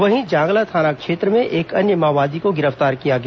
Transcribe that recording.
वहीं जांगला थाना क्षेत्र में एक अन्य माओवादी को गिरफ्तार किया गया